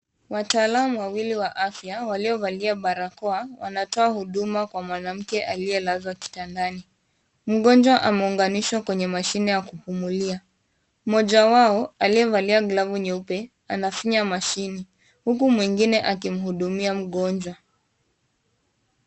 Wataalamu wawili wa afya waliovalia barakoa wanatoa huduma kwa mwanamke aliyelazwa kitandani. Mgonjwa ameunganishwa kwenye mashine ya kupumulia. Mmoja wao aliyevalia glavu nyeupe anafinya mashini, huku mwingine akimhudumia mgonjwa.